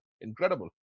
Incredible